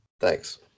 thanks